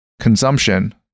Consumption